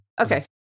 okay